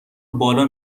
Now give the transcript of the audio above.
بالا